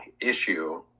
issue